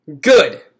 Good